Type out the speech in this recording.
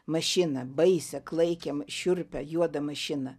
mašiną baisią klaikią šiurpią juodą mašiną